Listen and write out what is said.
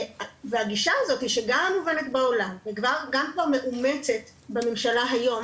והגישה הזאת שגם מובנת בעולם וגם כבר מאומצת בממשלה היום